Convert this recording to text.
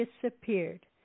disappeared